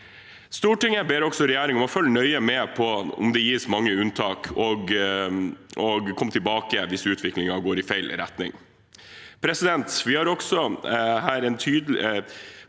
Stortinget ber også regjeringen om å følge nøye med på om det gis mange unntak og komme tilbake hvis utviklingen går i feil retning.